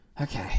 Okay